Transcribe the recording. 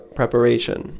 preparation